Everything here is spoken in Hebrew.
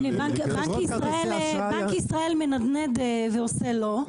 בנק ישראל מנדנד ועושה לא.